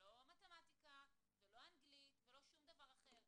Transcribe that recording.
לא מתמטיקה ולא אנגלית ולא שום דבר אחר.